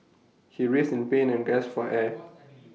he writhed in pain and gasped for air